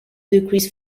decrease